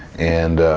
and